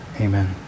Amen